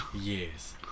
Yes